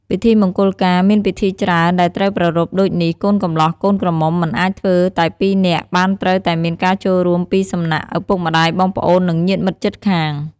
ពិធីមង្គលការមានពិធីច្រើនដែលត្រូវប្រារព្ធដូចនេះកូនកម្លោះកូនក្រមុំមិនអាចធ្វើតែពីរនាក់បានត្រូវតែមានការចូលរួមពីសំណាក់ឪពុកម្តាយ បងប្អូន និងញាតិមិត្តជិតខាង។